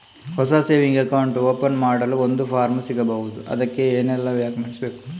ಹೊಸ saving account open ಮಾಡಲು ಒಂದು ಫಾರ್ಮ್ ಸಿಗಬಹುದು? ಅದಕ್ಕೆ ಏನೆಲ್ಲಾ ಡಾಕ್ಯುಮೆಂಟ್ಸ್ ಬೇಕು?